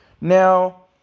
now